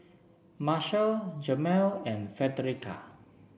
Marshal Jemal and Frederica